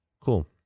Cool